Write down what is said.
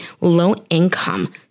low-income